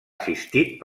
assistit